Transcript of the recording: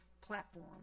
platform